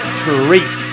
treat